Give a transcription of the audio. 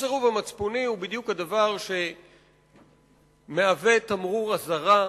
סירוב מצפוני הוא בדיוק הדבר שמהווה תמרור אזהרה,